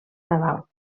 nadal